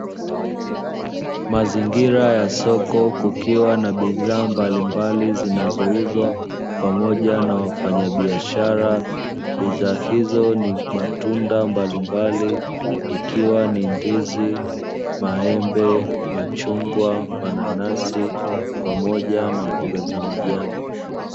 Mazingira ya soko kukiwa na bidhaa mbalimbali zinazouzwa pamoja na wafanyabiashara, bidhaa hizo ni matunda mbalimbali ikiwa ni: ndizi, maembe, machungwa, mananasi pamoja na mboga za majani.